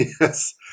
Yes